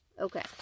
Okay